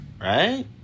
right